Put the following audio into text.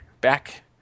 back